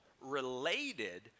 related